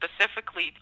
specifically